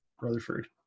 Rutherford